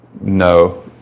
No